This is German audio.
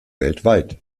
weltweit